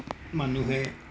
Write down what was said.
মানুহে